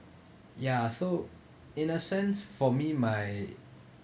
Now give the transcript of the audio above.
ya so innocence for me my